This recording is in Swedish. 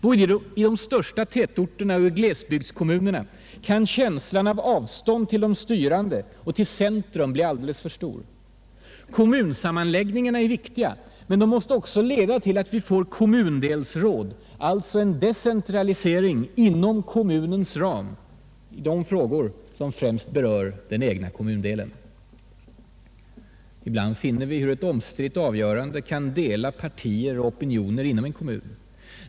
Både i de största tätorterna och i glesbygdskommunerna kan känslan av avstånd till de styrande och till centrum bli alldeles för stor. Kommunsammanslagningarna är viktiga men måste också leda till att vi får kommundelsråd, alltså en decentralisering inom kommunens ram av de frågor som främst berör den egna kommundelen. Ibland finner vi hur ett omstritt avgörande kan dela partier och opinionen inom en kommun.